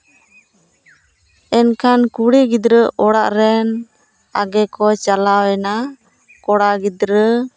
ᱮᱱᱠᱷᱟᱱ ᱠᱩᱲᱤ ᱜᱤᱫᱽᱨᱟᱹ ᱚᱲᱟᱜ ᱨᱮᱱ ᱟᱜᱮ ᱠᱚ ᱪᱟᱞᱟᱣᱮᱱᱟ ᱠᱚᱲᱟ ᱜᱤᱫᱽᱨᱟᱹ